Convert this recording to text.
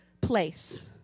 place